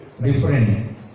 different